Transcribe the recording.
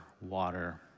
water